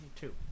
two